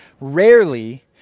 rarely